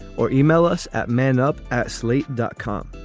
or yeah e-mail us at man up at slate dot com.